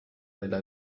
della